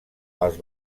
als